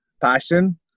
passion